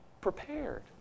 prepared